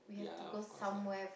yeah lah of course ah